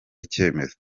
icyemezo